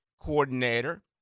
coordinator